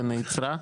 ונעצרה.